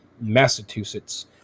Massachusetts